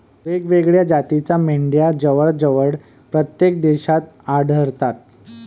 वेगवेगळ्या जातीच्या मेंढ्या जवळजवळ प्रत्येक देशात आढळतात